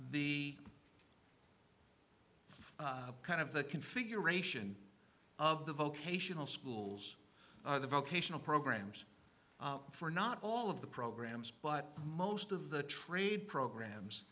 the kind of the configuration of the vocational schools are the vocational programs for not all of the programs but most of the trade programs